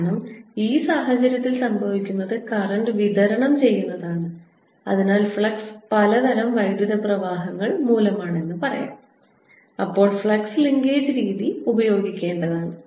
കാരണം ഈ സാഹചര്യത്തിൽ സംഭവിക്കുന്നത് കറന്റ് വിതരണം ചെയ്യുന്നതാണ് അതിനാൽ ഫ്ലക്സ് പലതരം വൈദ്യുത പ്രവാഹങ്ങൾ മൂലമാണ് അപ്പോൾ ഫ്ലക്സ് ലിങ്കേജ് രീതി ഉപയോഗിക്കേണ്ടതാണ്